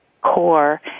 core